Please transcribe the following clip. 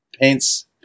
paints